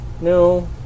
No